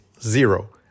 zero